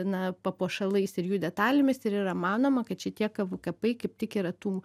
na papuošalais ir jų detalėmis ir yra manoma kad šitie kav kapai kaip tik yra tų